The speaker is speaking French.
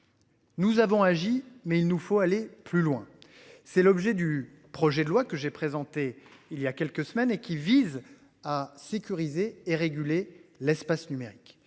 Nous avons agi, mais il nous faut aller plus loin. C'est l'objet du projet de loi que j'ai présenté il y a quelques semaines et qui vise à sécuriser et réguler l'espace numérique